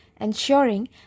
ensuring